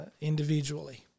individually